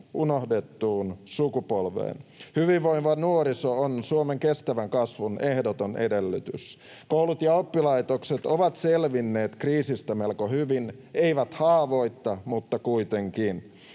unohdettuun sukupolveen. Hyvinvoiva nuoriso on Suomen kestävän kasvun ehdoton edellytys. Koulut ja oppilaitokset ovat selvinneet kriisistä melko hyvin, eivät haavoitta, mutta kuitenkin.